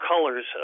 colors